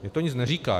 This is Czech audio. Mně to nic neříká.